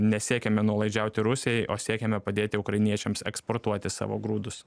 nesiekiame nuolaidžiauti rusijai o siekiame padėti ukrainiečiams eksportuoti savo grūdus